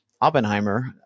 Oppenheimer